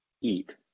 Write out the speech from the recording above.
Eat